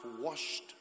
washed